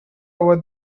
over